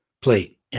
plate